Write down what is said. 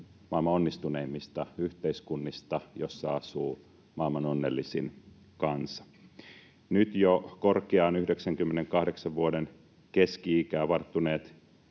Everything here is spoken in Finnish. maailman onnistuneimmista yhteiskunnista, jossa asuu maailman onnellisin kansa. Nyt jo korkeaan 98 vuoden keski-ikään varttuneet